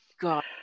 god